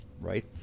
right